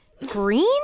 green